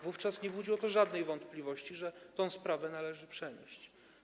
Wówczas nie budziło żadnej wątpliwości, że tę sprawę należy przenieść.